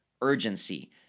urgency